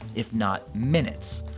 if not minutes.